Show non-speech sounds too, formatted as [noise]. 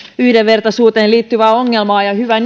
yhdenvertaisuuteen liittyvää ongelmaa ja hyvä [unintelligible]